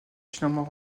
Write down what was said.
finalement